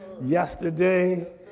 Yesterday